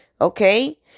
Okay